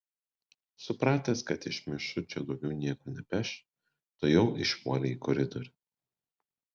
supratęs kad iš mišučio daugiau nieko nepeš tuojau išpuolė į koridorių